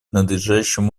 надлежащим